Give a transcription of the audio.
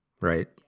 Right